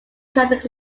traffic